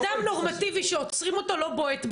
אדם נורמטיבי שעוצרים אותו, לא בועט בשוטרים.